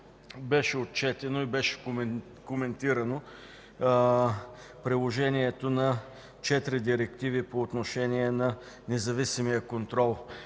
Беше отчетено и коментирано приложението на четири директиви по отношение на независимия контрол